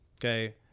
Okay